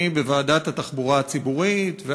אני בוועדת התחבורה הציבורית,